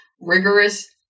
Rigorous